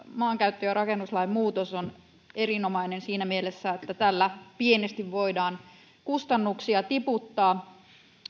maankäyttö ja rakennuslain muutos on erinomainen siinä mielessä että tällä pienesti voidaan rakentamisen kustannuksia tiputtaa